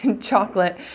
chocolate